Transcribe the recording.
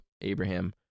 Abraham